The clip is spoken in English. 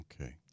Okay